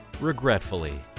Regretfully